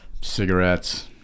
cigarettes